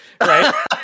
right